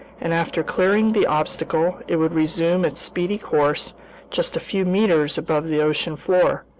and after clearing the obstacle, it would resume its speedy course just a few meters above the ocean floor.